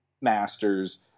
Master's